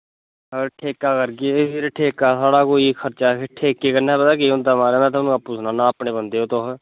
अगर ठेका करगे ते फिर ठेका थोआढ़ा कोई खर्चा फिर ठेके कन्नै पता केह् होंदा माराज मैं थोआनू अप्पू समझान्ना अपने बंदे ओ तुस